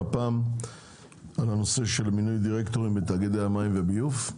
הפעם על הנושא של מינוי דירקטורים בתאגידי המים והביוב.